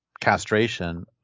castration